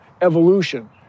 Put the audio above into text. evolution